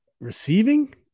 receiving